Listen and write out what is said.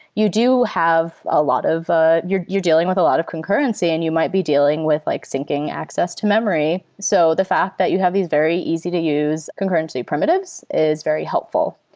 you do have a lot of ah you're you're dealing with a lot of concurrency and you might be dealing with like syncing access to memory. so the fact that you have these very easy to use concurrency primitives is very helpful.